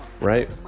right